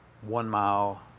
one-mile